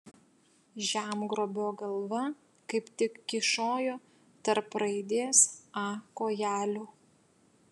žemgrobio galva kaip tik kyšojo tarp raidės a kojelių